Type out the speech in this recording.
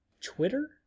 Twitter